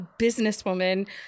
businesswoman